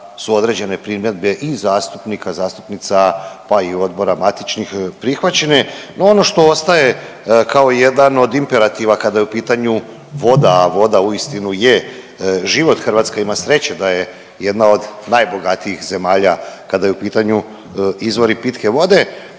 su određene primjedbe i zastupnika, zastupnica, pa i odbora matičnih prihvaćene, no ono što ostaje kao jedan od imperativa kada je u pitanju voda, a voda uistinu je život Hrvatska ima sreće da je jedna od najbogatijih zemalja kada je u pitanju izvori pitke vode,